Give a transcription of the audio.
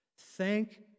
Thank